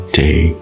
day